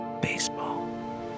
baseball